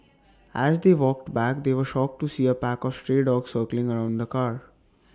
as they walked back they were shocked to see A pack of stray dogs circling around the car